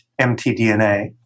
mtDNA